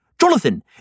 Jonathan